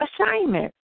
assignment